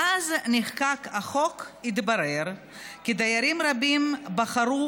מאז נחקק החוק התברר כי דיירים רבים בחרו